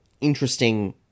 interesting